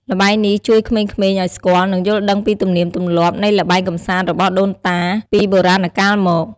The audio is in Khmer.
ល្បែងនេះជួយក្មេងៗឱ្យស្គាល់ និងយល់ដឹងពីទំនៀមទម្លាប់នៃល្បែងកម្សាន្តរបស់ដូនតាពីបុរាណកាលមក។